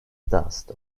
dust